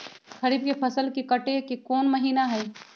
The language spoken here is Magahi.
खरीफ के फसल के कटे के कोंन महिना हई?